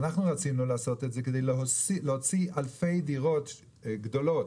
אנחנו רצינו לעשות את זה כדי להוציא אלפי דירות גדולות,